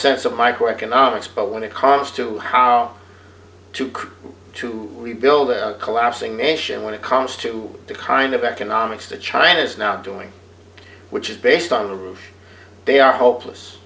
sense of my question omics but when it comes to how to create to rebuild a collapsing nation when it comes to the kind of economics that china's not doing which is based on the roof they are hopeless